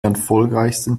erfolgreichsten